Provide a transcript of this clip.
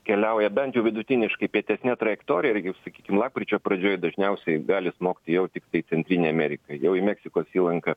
keliauja bent jau vidutiniškai pietesne trajektorija ir jau sakykim lapkričio pradžioj dažniausiai gali smogti jau tiktai centrinei amerikai jau į meksikos įlanką